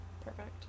perfect